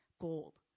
gold